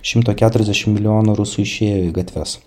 šimto keturiasdešim milijonų rusų išėjo į gatves